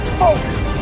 focus